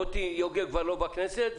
מוטי יוגב כבר לא בכנסת,